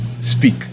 Speak